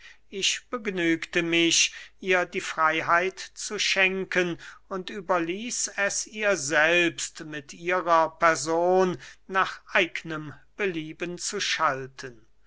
ich begnügte mich ihr die freyheit zu schenken und überließ es ihr selbst mit ihrer person nach eignem belieben zu schalten